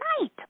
night